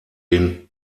den